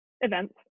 events